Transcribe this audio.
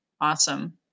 awesome